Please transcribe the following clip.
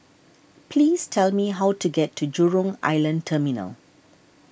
please tell me how to get to Jurong Island Terminal